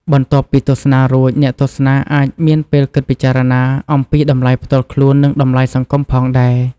បន្ទាប់ពីទស្សនារួច អ្នកទស្សនាអាចមានពេលគិតពិចារណាអំពីតម្លៃផ្ទាល់ខ្លួន និងតម្លៃសង្គមផងដែរ។